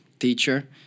teacher